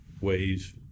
ways